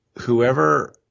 whoever